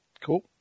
Cool